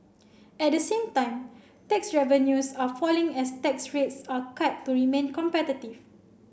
at the same time tax revenues are falling as tax rates are cut to remain competitive